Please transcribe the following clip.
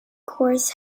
course